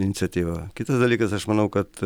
iniciatyva kitas dalykas aš manau kad